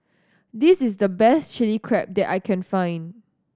this is the best Chili Crab that I can find